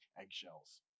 eggshells